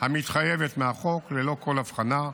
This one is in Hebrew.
המתחייבת מהחוק ללא כל הבחנה,